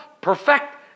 perfect